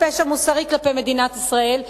פשע מוסרי כלפי מדינת ישראל.